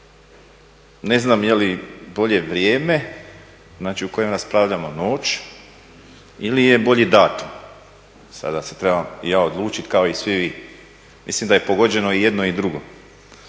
Ne znam je li bolje vrijeme, znači u kojem raspravljamo noć ili je bolji datum. Sad da se trebam ja odlučit kao i svi vi, mislim da je pogođeno i jedno i drugo.